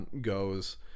goes